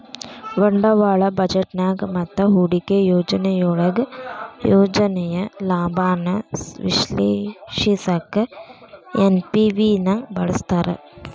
ಬಂಡವಾಳ ಬಜೆಟ್ನ್ಯಾಗ ಮತ್ತ ಹೂಡಿಕೆ ಯೋಜನೆಯೊಳಗ ಯೋಜನೆಯ ಲಾಭಾನ ವಿಶ್ಲೇಷಿಸಕ ಎನ್.ಪಿ.ವಿ ನ ಬಳಸ್ತಾರ